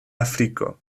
afriko